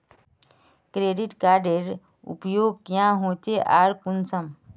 Credit कार्डेर उपयोग क्याँ होचे आर कुंसम?